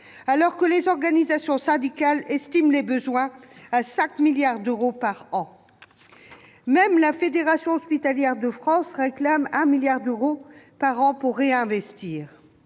alors que les organisations syndicales estiment les besoins à 5 milliards d'euros par an ! Même la Fédération hospitalière de France réclame 1 milliard d'euros par an pour réinvestir.